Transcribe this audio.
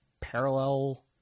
parallel